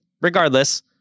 regardless